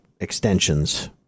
extensions